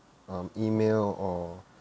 um email or